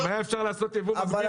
אם היה אפשר לעשות יבוא מקביל,